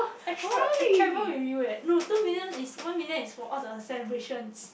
I tra~ I travel with you eh no two million is one million is for all the celebrations